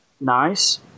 nice